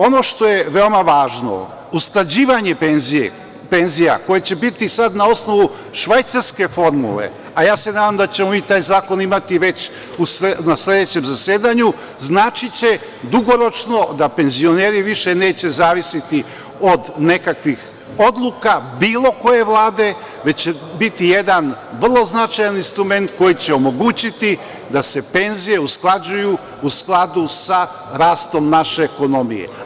Ono što je veoma važno, usklađivanje penzija koje će biti sada na osnovu švajcarske formule, a ja se nadam da ćemo mi taj zakon imati već na sledećem zasedanju, značiće dugoročno da penzioneri više neće zavisti od nekakvih odluka bilo koje Vlade, već će biti jedan vrlo značajan instrument koji će omogućiti da se penzije usklađuju u skladu sa rastom naše ekonomije.